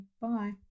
Bye